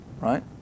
Right